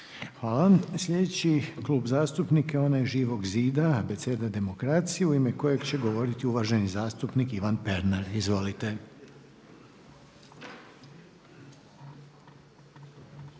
Hvala. Slijedeći klub zastupnika je onaj Živog zida, Abeceda demokracije u ime kojeg će govoriti uvaženi zastupnik Ivan Pernar. Izvolite.